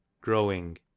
growing